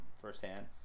firsthand